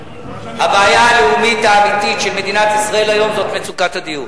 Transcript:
הבעיה הלאומית האמיתית של מדינת ישראל היום זאת מצוקת הדיור,